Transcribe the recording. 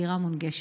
דירה מונגשת.